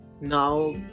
Now